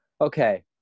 okay